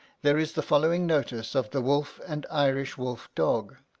there is the following notice of the wolf and irish wolf-dog.